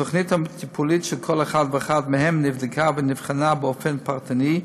והתוכנית הטיפולית של כל אחד ואחד מהם נבדקה ונבחנה באופן פרטני,